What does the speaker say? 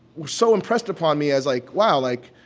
were so impressed upon me as like, wow, like,